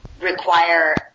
require